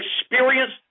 experienced